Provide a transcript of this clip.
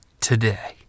today